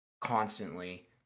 constantly